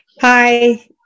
Hi